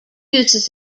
uses